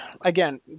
Again